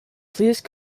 please